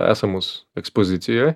esamus ekspozicijoj